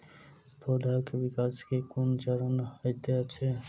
पौधाक विकास केँ केँ कुन चरण हएत अछि?